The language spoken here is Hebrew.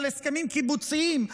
על הסכמים קיבוציים,